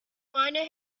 miner